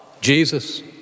Jesus